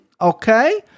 okay